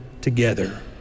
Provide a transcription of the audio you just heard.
together